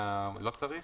לא צריך?